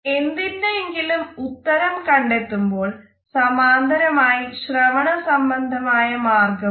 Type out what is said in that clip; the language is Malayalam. എന്തിന്റെ എങ്കിലും ഉത്തരം കണ്ടെത്തുമ്പോൾ സമാന്തരമായി ശ്രവണ സംബന്ധമായ മാർഗ്ഗം ഉണ്ട്